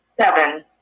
Seven